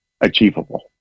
achievable